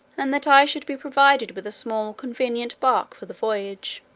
and that i should be provided with a small convenient bark for the voyage.